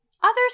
Others